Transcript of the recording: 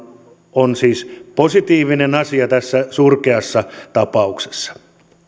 on siis positiivinen asia tässä surkeassa tapauksessa